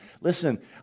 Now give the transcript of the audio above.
Listen